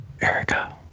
Erica